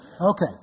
Okay